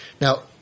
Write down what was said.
Now